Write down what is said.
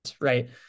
Right